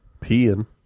peeing